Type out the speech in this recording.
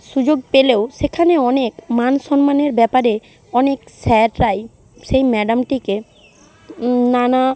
সুযোগ পেলেও সেখানে অনেক মান সম্মানের ব্যাপারে অনেক স্যাররাই সেই ম্যাডামটিকে নানা